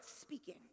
speaking